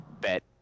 Bet